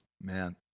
Man